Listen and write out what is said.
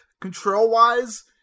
control-wise